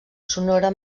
sonora